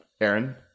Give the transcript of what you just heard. Aaron